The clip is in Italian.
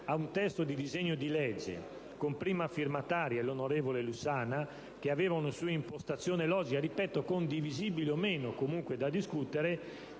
a un testo di un disegno di legge a prima firma dell'onorevole Lussana che aveva una sua impostazione logica - ripeto, condivisibile o meno, comunque da discutere